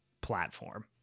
platform